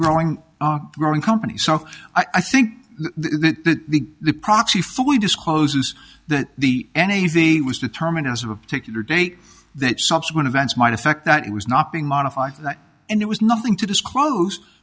growing growing company so i think that the the proxy fully disclosed the the any easy was determined as of a particular date that subsequent events might affect that it was not being modified and there was nothing to disclose